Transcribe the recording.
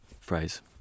phrase